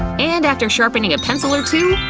and after sharpening a pencil or two,